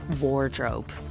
wardrobe